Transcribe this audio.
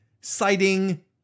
citing